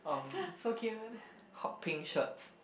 um hot pink shirts